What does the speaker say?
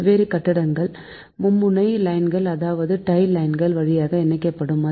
வெவ்வேறு கட்டங்கள் மும்முனை லைன்கள் அதாவது டை லைன்கள் வழியாக இணைக்கப்படும்